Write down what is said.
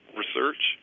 research